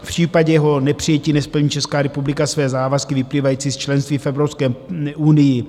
V případě jeho nepřijetí nesplní Česká republika své závazky vyplývající z členství v Evropské unii.